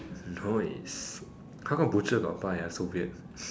nice how come butcher got pie ah so weird